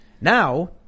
Now